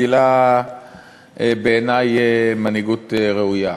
גילה בעיני מנהיגות ראויה.